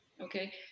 Okay